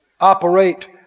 Operate